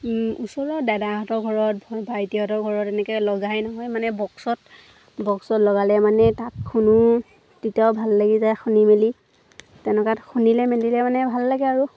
ওচৰৰ দাদাহঁতৰ ঘৰত ভাইটিহঁতৰ ঘৰত এনেকৈ লগাই নহয় মানে বক্সত বক্সত লগালে মানে তাক শুনো তেতিয়াও ভাল লাগি যায় শুনি মেলি তেনেকুৱাত শুনিলে মেলিলে মানে ভাল লাগে আৰু